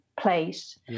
place